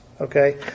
okay